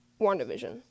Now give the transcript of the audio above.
WandaVision